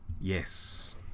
Yes